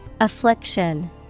Affliction